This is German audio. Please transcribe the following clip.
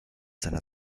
seiner